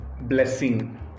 blessing